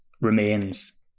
remains